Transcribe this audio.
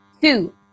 Two